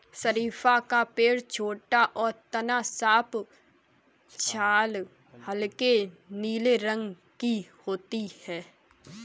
शरीफ़ा का पेड़ छोटा और तना साफ छाल हल्के नीले रंग की होती है